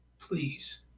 Please